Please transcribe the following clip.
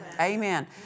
Amen